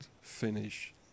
finish